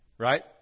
Right